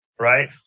right